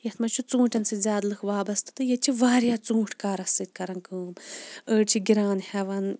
یَتھ مَنٛز چھِ ژوٗنٛٹیٚن سۭتۍ زیادٕ لُکھ وابَسطہٕ تہٕ ییٚتہِ چھِ واریاہ ژوٗنٛٹھۍ کارَس سۭتۍ کَرَان کٲم أڈۍ چھِ گِرا ن ہیٚوَان